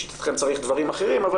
לשיטתכם צריך דברים אחרים אבל